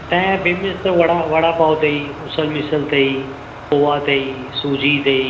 हितां जा फ़ेमस त वड़ा वड़ा पाव अथई उसल मिसल अथई पोहा अथई सूजी अथई